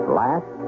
last